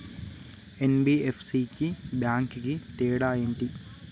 NBFC కి bank కి తేడా ఏంటి?